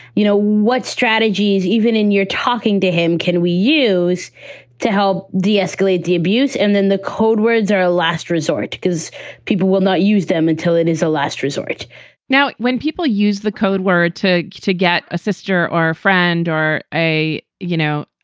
you know what strategy is even in you're talking to him, can we use to help de-escalate the abuse? and then the codewords are a last resort because people will not use them until it is a last resort now, when people use the code word to to get a sister or a friend or a, you know,